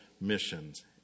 missions